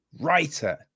writer